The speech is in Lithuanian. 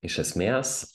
iš esmės